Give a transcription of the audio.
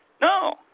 No